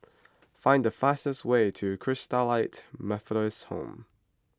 find the fastest way to Christalite Methodist Home